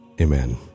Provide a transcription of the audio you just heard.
Amen